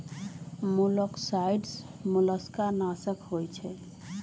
मोलॉक्साइड्स मोलस्का नाशक होइ छइ